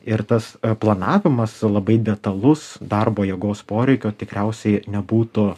ir tas planavimas labai detalus darbo jėgos poreikio tikriausiai nebūtų